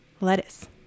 lettuce